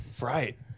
Right